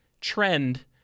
trend